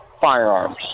firearms